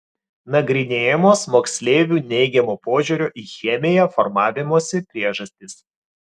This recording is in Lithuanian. nagrinėjamos moksleivių neigiamo požiūrio į chemiją formavimosi priežastys